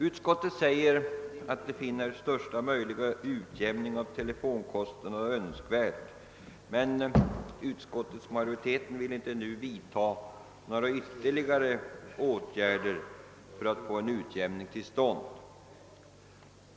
Utskottet säger att man finner största möjliga utjämning av telefonkostnaderna önskvärd, men utskottsmajoriteten vill inte nu vidta några ytterligare åtgärder för att få en utjämning till stånd.